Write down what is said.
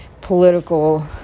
political